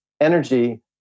energy